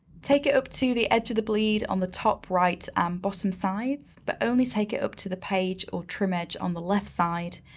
take it up to the edge of the bleed on the top-right and um bottom sides, but only take it up to the page or trimmage on the left side,